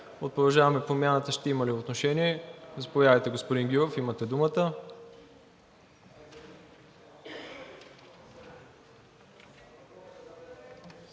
„Продължаваме Промяната“ ще има ли отношение? Заповядайте, господин Гюров, имате думата.